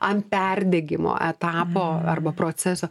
ant perdegimo etapo arba proceso